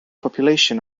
population